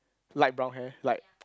light brown hair light